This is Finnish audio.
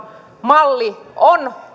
malli on